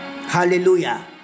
Hallelujah